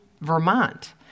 Vermont